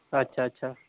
ᱟᱪᱪᱷᱟ ᱟᱪᱪᱷᱟ